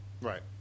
Right